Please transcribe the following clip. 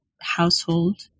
household